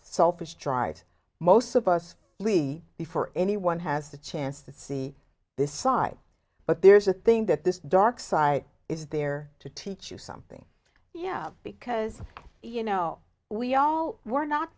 selfish drives most of us lee before anyone has a chance to see this side but there's a thing that this dark side is there to teach you something you have because you know we all we're not